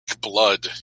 blood